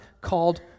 called